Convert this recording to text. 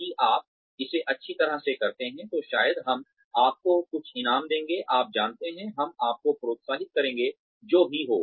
यदि आप इसे अच्छी तरह से करते हैं तो शायद हम आपको कुछ इनाम देंगे आप जानते हैं हम आपको प्रोत्साहित करेंगे जो भी हो